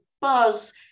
buzz